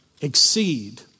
exceed